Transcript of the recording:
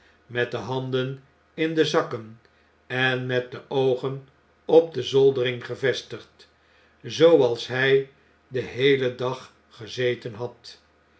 met de handen in de zakken en met de oogen op de zoldering gevestigd zooals hij den heelen dag gezetenhad